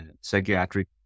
psychiatric